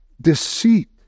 deceit